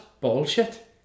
bullshit